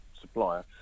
supplier